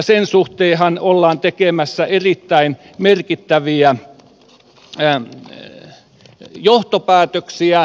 sen suhteenhan ollaan tekemässä erittäin merkittäviä johtopäätöksiä